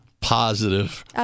positive